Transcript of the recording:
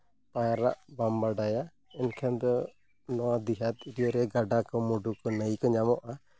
ᱯᱟᱭᱨᱟᱜ ᱵᱟᱢ ᱵᱟᱰᱟᱭᱟ ᱮᱱᱠᱷᱟᱱ ᱫᱚ ᱱᱚᱣᱟ ᱜᱟᱰᱟ ᱠᱚ ᱢᱩᱰᱩ ᱠᱚ ᱱᱟᱹᱭ ᱠᱚ ᱧᱟᱢᱚᱜᱼᱟ